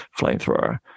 flamethrower